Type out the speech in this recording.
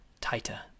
tighter